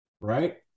right